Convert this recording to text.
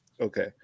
Okay